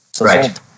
Right